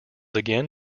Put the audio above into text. again